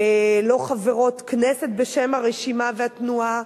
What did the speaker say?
לא חברות כנסת בשם הרשימה והתנועה